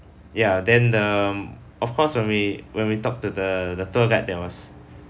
ya then the of course when we when we talk to the the tour guide there was